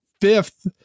fifth